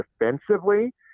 defensively